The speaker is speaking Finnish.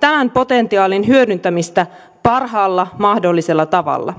tämän potentiaalin hyödyntämistä parhaalla mahdollisella tavalla